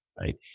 Right